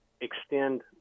extend